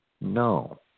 No